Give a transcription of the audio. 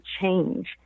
change